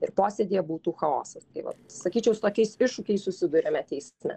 ir posėdyje būtų chaosas tai vat sakyčiau su tokiais iššūkiais susiduriame teisme